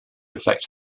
affect